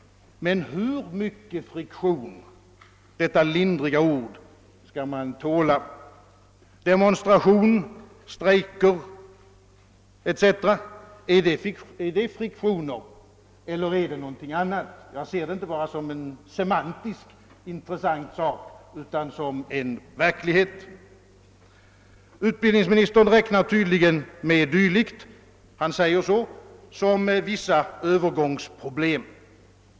Men hur mycket friktion — detta lindriga ord! — skall man tåla? Demonstrationer, strejker etc. — är det friktioner eller är det någonting annat? Jag ser detta inte bara som en semantiskt intressant sak, utan som en verklighet. Utbildningsministern räknar tydligen med dylikt som — han säger så — vissa övergångsproblem.